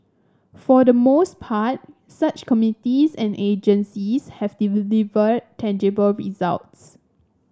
for the most part such committees and agencies have delivered tangible results